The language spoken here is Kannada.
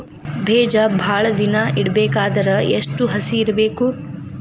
ಬೇಜ ಭಾಳ ದಿನ ಇಡಬೇಕಾದರ ಎಷ್ಟು ಹಸಿ ಇರಬೇಕು?